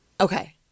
Okay